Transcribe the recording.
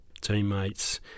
teammates